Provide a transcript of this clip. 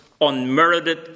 unmerited